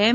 એમ